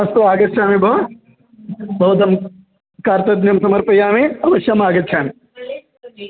अस्तु आगच्छामि भोः भवतां कार्तज्ञं समर्पयामि अवश्यम् आगच्छामि